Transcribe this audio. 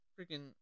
freaking